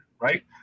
right